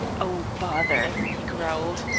oh, bother, he growled.